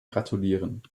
gratulieren